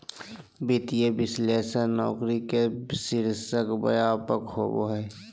वित्तीय विश्लेषक नौकरी के शीर्षक व्यापक होबा हइ